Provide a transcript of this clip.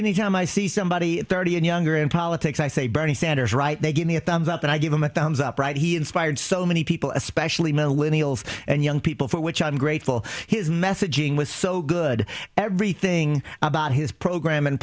any time i see somebody thirty and younger in politics i say bernie sanders right they give me a thumbs up and i give them a thumbs up right he inspired so many people especially millennial and young people for which i'm grateful his messaging was so good everything about his program and